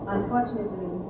Unfortunately